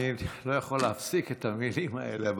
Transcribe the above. אני לא יכול להפסיק את המילים האלה,